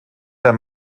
der